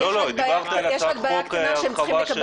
דיברתי על הצעת חוק רחבה של ברית הזוגיות.